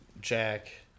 Jack